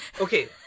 Okay